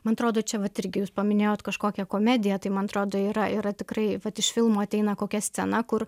man atrodo čia vat irgi jūs paminėjot kažkokią komediją tai man atrodo yra yra tikrai vat iš filmo ateina kokia scena kur